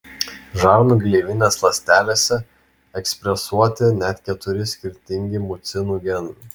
žarnų gleivinės ląstelėse ekspresuoti net keturi skirtingi mucinų genai